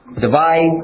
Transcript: divides